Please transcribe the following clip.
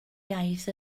iaith